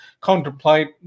contemplate